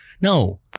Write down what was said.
No